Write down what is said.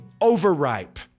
overripe